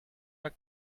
are